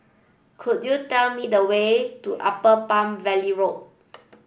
could you tell me the way to Upper Palm Valley Road